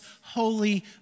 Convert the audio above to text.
holy